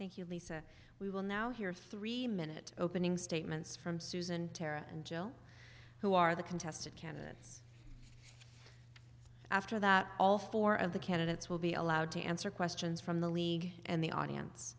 thank you lisa we will now hear three minute opening statements from susan tara and joe who are the contested candidates after that all four of the candidates will be allowed to answer questions from the league and the audience